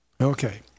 Okay